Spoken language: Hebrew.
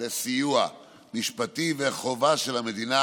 לסיוע משפטי, וחובה של המדינה